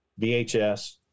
VHS